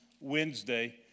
Wednesday